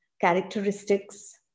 characteristics